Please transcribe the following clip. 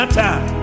time